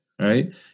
right